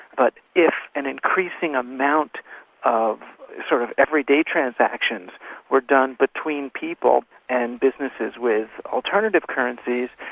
but if an increasing amount of sort of everyday transactions were done between people and businesses with alternative currencies,